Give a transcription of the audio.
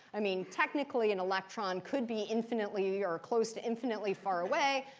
i mean, technically, an electron could be infinitely or close to infinitely far away,